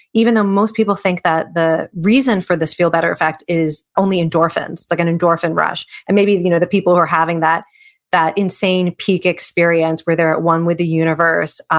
even though most people think that the reason for this feel-better effect is only endorphins, like an endorphin rush, and maybe the you know the people who are having that that insane peak experience where they're at one with the universe,